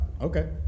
Okay